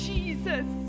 Jesus